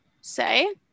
say